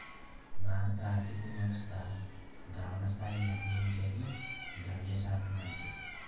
భారత ఆర్థిక వ్యవస్థ ద్రవణ స్థాయి నిర్ణయించేది ద్రవ్య శాఖ మంత్రి